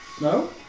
No